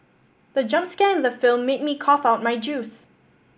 the jump scare in the film made me cough out my juice